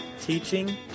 teaching